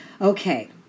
Okay